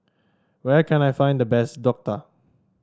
where can I find the best Dhokla